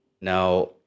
Now